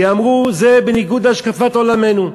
כי הם אמרו: זה בניגוד להשקפת עולמנו.